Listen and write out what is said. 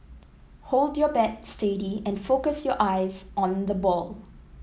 hold your bat steady and focus your eyes on the ball